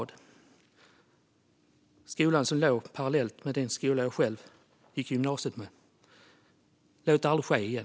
Det är en skola som ligger parallellt med den skola där jag själv gick i gymnasiet. Låt det aldrig ske igen!